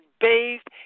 bathed